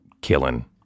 killing